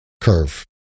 curve